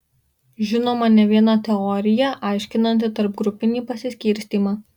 žinoma ne viena teorija aiškinanti tarpgrupinį pasiskirstymą